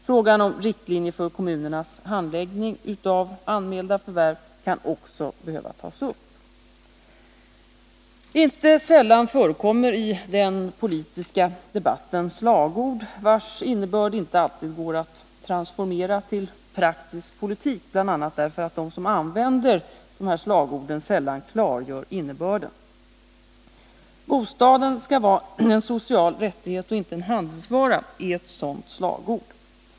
Frågan om riktlinjer för kommunernas handläggning av anmälda förvärv kan också behöva tas upp. Inte sällan förekommer i den politiska debatten slagord vars innebörd inte alltid går att transformera till praktisk politik, bl.a. därför att de som använder dessa slagord sällan klargör innebörden. Bostaden skall vara en social rättighet och inte en handelsvara är ett sådant slagord.